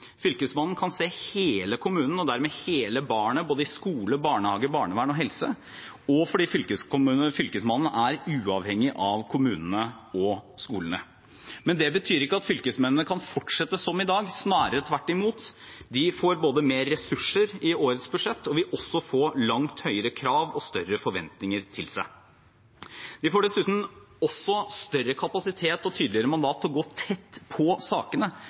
Fylkesmannen er lokalt plassert – Fylkesmannen kan se hele kommunen, og dermed hele barnet, i både skole, barnehage, barnevern og helse – og fordi Fylkesmannen er uavhengig av kommunene og skolene. Men det betyr ikke at fylkesmennene kan fortsette som i dag, snarere tvert imot. De får både mer ressurser i årets budsjett og vil få langt høyere krav og større forventninger stilt til seg. De får dessuten også større kapasitet og tydeligere mandat til å gå tett på sakene